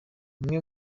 imwe